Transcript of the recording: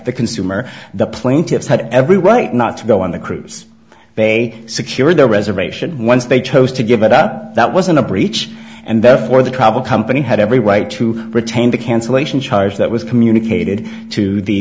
the consumer the plaintiffs had every right not to go on the cruise they secure their reservation once they chose to give it up that wasn't a breach and therefore the travel company had every right to retain the cancellation charge that was communicated to the